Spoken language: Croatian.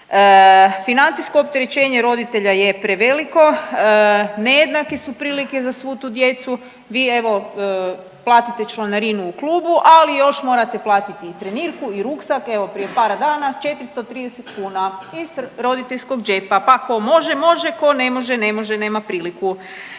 Financijsko opterećenja roditelja je preveliko, nejednake su prilike za svu tu djecu, vi evo platite članarinu u klubu, ali još morate platiti i trenirku i ruksak, evo prije par dana 430 kuna iz roditeljskog džepa, pa tko može može, tko ne može, ne može nema priliku.